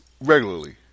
regularly